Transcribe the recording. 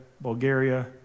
Bulgaria